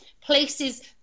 places